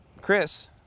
Chris